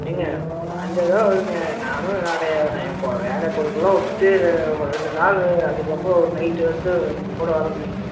ஏங்க பாஞ்சாயர ரூபா வருங்க நானும் நான் ஏன் வேலை பொழைப்புலான் விட்டுட்டு ஒரு ரெண்டு நாள் அதுக்கப்புறோம் ஒரு நைட்டு வந்து உங்கள் கூட வரோமில்லிங்க